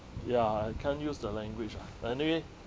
ya I can't use the language ah but anyway